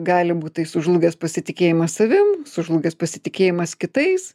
gali būt tai sužlugęs pasitikėjimas savim sužlugęs pasitikėjimas kitais